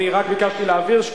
אני רק ביקשתי להבהיר,